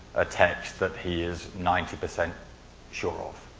a text that he is ninety percent sure of.